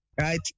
right